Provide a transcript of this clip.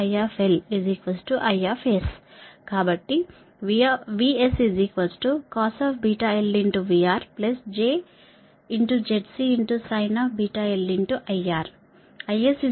కాబట్టి VVVs మరియు IIIS